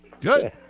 Good